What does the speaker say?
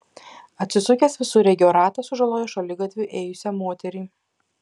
atsisukęs visureigio ratas sužalojo šaligatviu ėjusią moterį